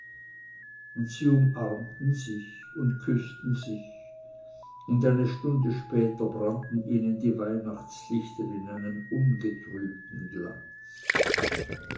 und sie umarmten sich und küßten sich und eine stunde später brannten ihnen die weihnachtslichter in einem ungetrübten glanz